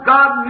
God